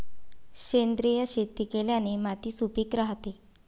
सेंद्रिय शेती केल्याने माती सुपीक राहते